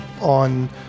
on